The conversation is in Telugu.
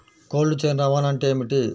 కోల్డ్ చైన్ రవాణా అంటే ఏమిటీ?